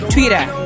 Twitter